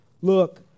Look